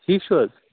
ٹھیٖک چھِو حظ